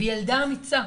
והיא ילדה אמיצה.